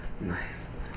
Nice